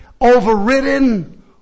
overridden